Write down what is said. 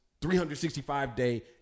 365-day